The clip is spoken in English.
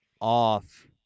off